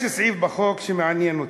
יש סעיף בחוק שמעניין אותי.